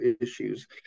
issues